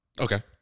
Okay